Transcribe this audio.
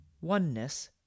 oneness